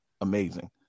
Amazing